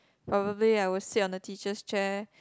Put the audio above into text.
probably I will sit on the teacher's chair